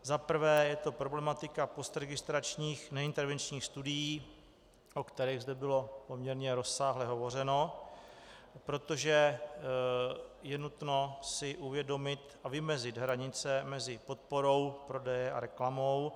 Za prvé je to problematika postregistračních neintervenčních studií, o kterých zde bylo poměrně rozsáhle hovořeno, protože je nutno si uvědomit a vymezit hranice mezi podporou prodeje a reklamou.